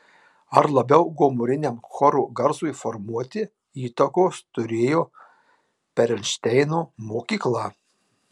ar labiau gomuriniam choro garsui formuoti įtakos turėjo perelšteino mokykla